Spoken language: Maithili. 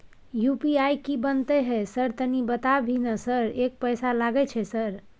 यु.पी.आई की बनते है सर तनी बता भी ना सर एक पैसा लागे छै सर?